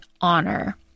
honor